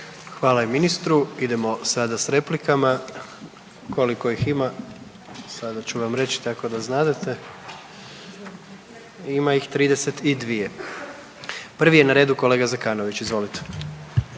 Hvala ministru. Idemo sada s replikama, koliko ih ima, sada ću vam reći tako da znadete, ima ih 32. Prvi je na redu kolega Zekanović, izvolite.